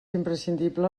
imprescindible